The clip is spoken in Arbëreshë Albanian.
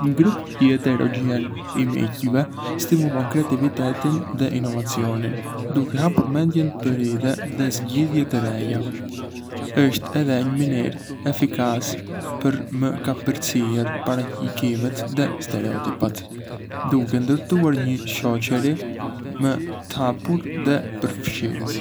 Një grup i heterogjen i miqve stimulon kreativitetin dhe inovacionin, duke hapur mendjen për ide dhe zgjidhje të reja. Është edhé një mënyrë efikase për me kapërcyer paragjykimet dhe stereotipat, duke ndërtuar një shoçëri më të hapur dhe përfshirëse.